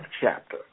chapter